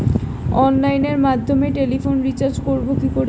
অনলাইনের মাধ্যমে টেলিফোনে রিচার্জ করব কি করে?